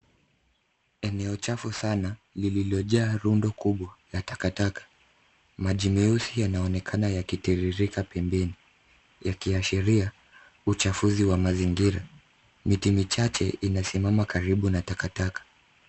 Eneo chafu sana lililojaa rundo kubwa la takataka. Maji meusi yanaonekana yakitiririka pembeni , yakiashiria uchafuzi wa mazingira. Miti michache inasimama karibu na takataka.